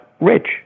rich